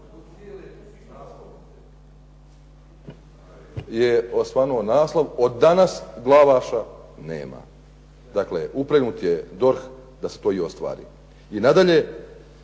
je osvanuo naslov od danas Glavaša nema. Dakle, upregnut je DORH da se to i ostvari. I nadalje,